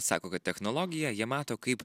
sako kad technologiją jie mato kaip